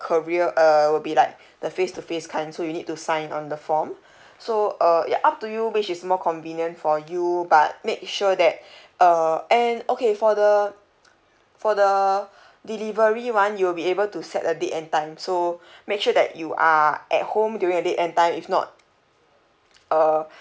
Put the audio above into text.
courier uh will be like the face to face kind so you need to sign on the form so uh ya up to you which is more convenient for you but make sure that uh and okay for the for the delivery [one] you'll be able to set a date and time so make sure that you are at home during the date and time if not uh